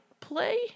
play